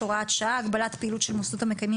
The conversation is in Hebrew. (הוראת שעה)(הגבלת פעילות של מוסדות המקיימים